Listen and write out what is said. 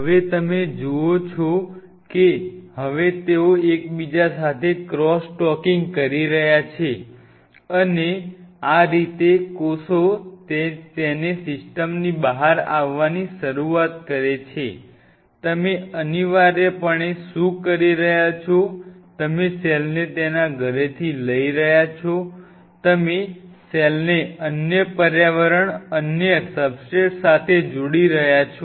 હવે તમે જુઓ છો કે હવે તેઓ એકબીજા સાથે ક્રોસ ટોકિંગ કરી રહ્યા છે અને આ રીતે કોષ તેને સિસ્ટમની બહાર આવવાની શરૂઆત કરે છે તમે અનિવાર્યપણે શું કરી રહ્યા છો તમે સેલને તેના ઘરેથી લઈ રહ્યા છો તમે સેલને અન્ય પર્યાવરણ અન્ય સબસ્ટ્રેટ સાથે જોડી રહ્યા છો